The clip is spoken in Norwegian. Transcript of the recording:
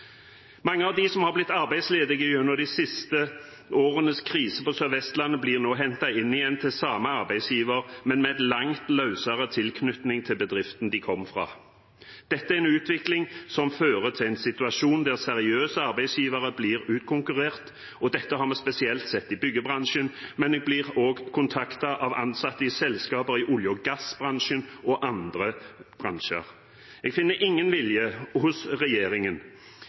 Mange av dem som er blitt arbeidsledige gjennom de siste årenes krise på Sør-Vestlandet, blir nå hentet inn igjen til samme arbeidsgiver, men med en langt løsere tilknytning til bedriften de kom fra. Dette er en utvikling som fører til en situasjon der seriøse arbeidsgivere blir utkonkurrert. Dette har vi spesielt sett i byggebransjen, men vi blir også kontaktet av ansatte i selskaper i olje- og gassbransjen og andre bransjer. Jeg finner ingen vilje hos regjeringen